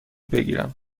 بگیرم